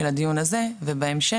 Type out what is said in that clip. של הדיון הזה ובהמשך,